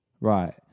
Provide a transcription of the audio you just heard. right